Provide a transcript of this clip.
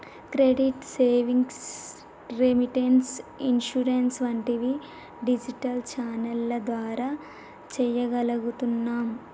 credit, savings, remittance, insurance వంటివి digital ఛానెల్ల ద్వారా చెయ్యగలుగుతున్నాం